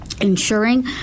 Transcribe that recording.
ensuring